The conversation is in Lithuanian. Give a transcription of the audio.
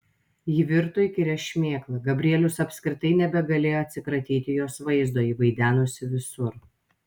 ji virto įkyria šmėkla gabrielius apskritai nebegalėjo atsikratyti jos vaizdo ji vaidenosi visur